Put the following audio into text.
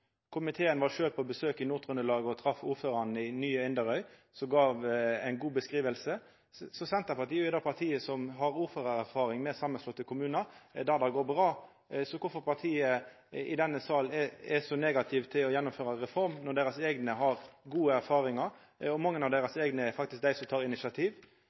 Komiteen var sjølv på besøk i Nord-Trøndelag og trefte ordføraren i nye Inderøy kommune, som gav ei god beskriving. Senterpartiet er det partiet som har ordførarerfaring frå samanslåtte kommunar der det går bra, så kvifor er partiet i denne salen så negativt til å gjennomføra ei reform når deira eigne har gode erfaringar – det er faktisk mange av deira eigne som er dei som tek initiativ?